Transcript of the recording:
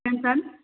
Samsung